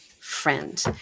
friend